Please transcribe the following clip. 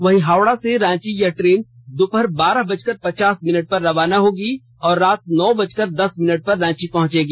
वहीं हावड़ा से रांची यह ट्रेन दोपहर बारह बजकर पचास मिनट पर रवाना होगी और रात नौ बजकर दस मिनट पर रांची पहुंचेगी